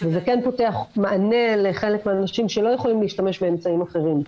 וזה כן פותח מענה לחלק מהאנשים שלא יכולים להשתמש באמצעים אחרים.